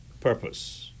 purpose